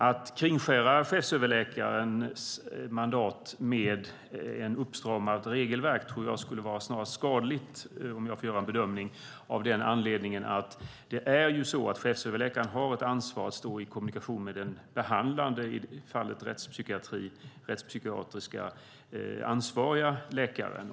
Att kringskära chefsöverläkarens mandat med ett uppstramat regelverk tror jag skulle vara snarast skadligt, om jag får göra en bedömning, av den anledningen att chefsöverläkaren har ett ansvar att stå i kommunikation med den behandlande, i det här fallet, rättspsykiatriskt ansvariga läkaren.